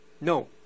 no